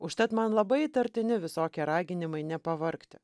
užtat man labai įtartini visokie raginimai nepavargti